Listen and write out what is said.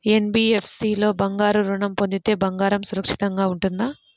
NBFC లో బంగారు ఋణం పొందితే బంగారం సురక్షితంగానే ఉంటుందా?